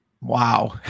Wow